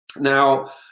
Now